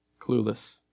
Clueless